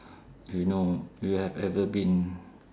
you know you have ever been